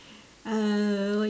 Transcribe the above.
uh what you call that